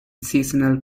seasonal